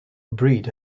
breed